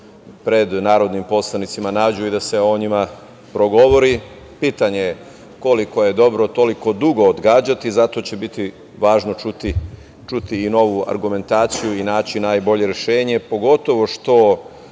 pred narodnim poslanicima nađu i da se o njima progovori. Pitanje je koliko je dobro toliko dugo odgađati, zato će biti važno čuti i novu argumentaciju i naći najbolje rešenje pogotovo što